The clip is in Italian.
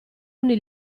ogni